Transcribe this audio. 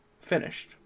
Finished